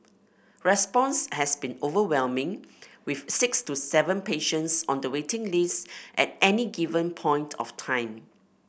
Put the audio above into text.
response has been overwhelming with six to seven patients on the waiting list at any given point of time